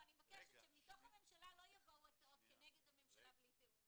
אני מבקשת שמתוך הממשלה לא יבואו כנגד הממשלה בלי תיאום.